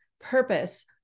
purpose